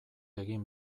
egin